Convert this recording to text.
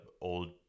old